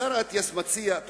השר אטיאס מציע,